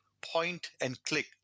point-and-click